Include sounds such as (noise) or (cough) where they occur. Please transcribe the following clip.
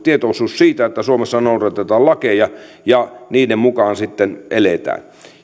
(unintelligible) tietoisuus siitä että suomessa noudatetaan lakeja ja niiden mukaan sitten eletään